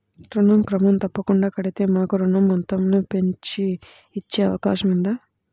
ఋణం క్రమం తప్పకుండా కడితే మాకు ఋణం మొత్తంను పెంచి ఇచ్చే అవకాశం ఉందా?